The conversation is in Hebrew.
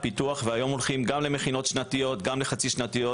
תפקיד יוצא דופן של המכינות גם במיקום שלהם